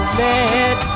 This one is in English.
let